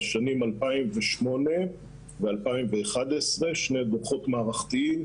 בשנים 2008 ו-2011 - שני דוחות מערכתיים